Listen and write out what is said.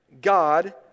God